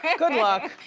and good luck.